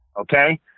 Okay